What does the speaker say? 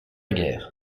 guerre